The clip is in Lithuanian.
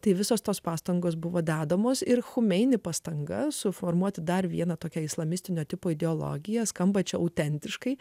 tai visos tos pastangos buvo dedamos ir chomeini pastanga suformuoti dar vieną tokią islamistinio tipo ideologiją skambančią autentiškai